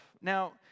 Now